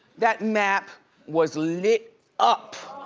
that map was lit up.